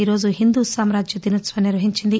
ఈరోజు హిందూసామ్రాజ్య దినోత్సవం నిర్వహించింది